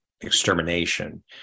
extermination